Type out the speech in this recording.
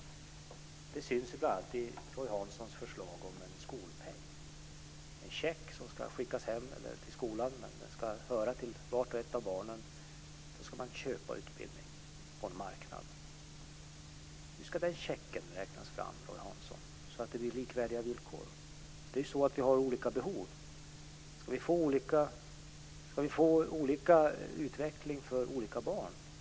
Det syns bl.a. i Roy Hanssons förslag om skolpeng: en check som hör till vart och ett av barnen och som skickas hem eller till skolan. Med den checken ska man köpa utbildning på en marknad. Hur ska den checken räknas fram så att det blir likvärdiga villkor, Roy Hansson? Vi har ju olika behov. Ska vi få olika utveckling för olika barn i Sverige?